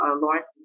lawrence